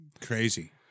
Crazy